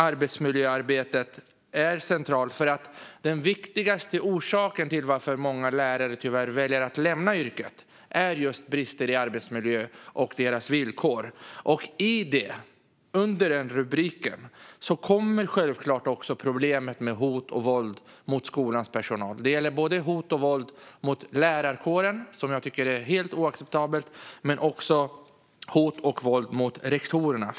Arbetsmiljöarbetet är centralt. Den viktigaste anledningen till att många lärare väljer att lämna yrket är just brister i arbetsmiljö och deras villkor. Under den rubriken kommer självklart också problemet med hot och våld mot skolans personal in. Det gäller hot och våld både mot lärarkåren, vilket är helt oacceptabelt, och mot rektorerna.